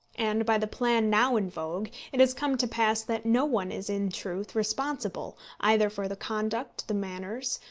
and, by the plan now in vogue, it has come to pass that no one is in truth responsible either for the conduct, the manners,